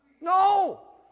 No